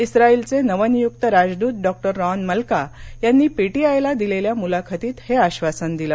इस्राइलचे नवनियुक्त राजदूत doctor Ron Malka यांनी पीटीआयला दिलेल्या मुलाखतीत हे आश्वासन दिलं